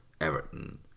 Everton